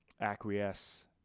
acquiesce